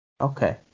Okay